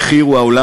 המחיר הוא העולם,